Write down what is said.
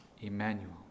Emmanuel